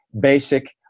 basic